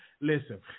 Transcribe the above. Listen